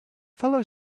fellow